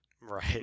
right